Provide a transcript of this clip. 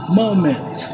moment